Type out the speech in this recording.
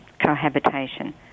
cohabitation